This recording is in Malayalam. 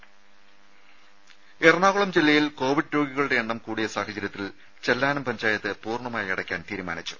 രുമ എറണാകുളം ജില്ലയിൽ കോവിഡ് രോഗികളുടെ എണ്ണം കൂടിയ സാഹചര്യത്തിൽ ചെല്ലാനം പഞ്ചായത്ത് പൂർണ്ണമായി അടയ്ക്കാൻ തീരുമാനിച്ചു